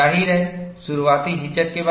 जाहिर है शुरुआती हिचक के बाद